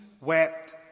wept